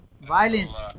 violence